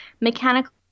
mechanical